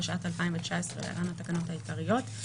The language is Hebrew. התשע"ט-2019 (להלן התקנות העיקריות),